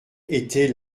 était